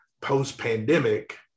post-pandemic